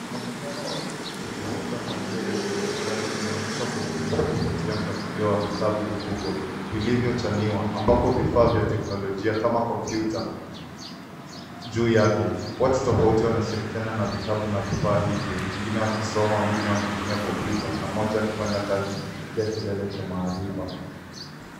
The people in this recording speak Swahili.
Mwonekano wa kijifunza kwa njia ya kidijitali umeonyeshwa kwa ubunifu kwa kupitia mpangilio wa vitabu vikubwa vilivyochaniwa ambapo vifaa vya teknolojia kama kompyuta juu yake. Watu tofauti wanashiriakiana na vitabu na vifaa hivyo, wengine wakisoma, wengine wakitumia kompyuta na mmoja kupanda ngazi kufikia kilele cha maarifa.